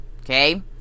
Okay